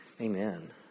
amen